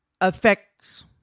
affects